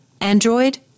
Android